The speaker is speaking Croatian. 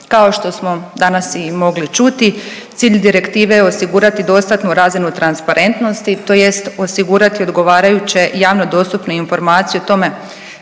Kao što smo danas i mogli čuti cilj direktive je osigurati dostatnu razinu transparentnosti tj. osigurati odgovarajuće javno dostupne informacije o tome